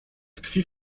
tkwi